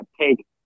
take